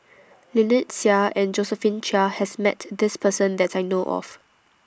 Lynnette Seah and Josephine Chia has Met This Person that I know of